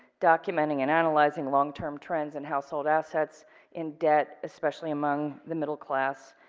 documenting and analyzing long term trends and household assets in debt especially among the middle class,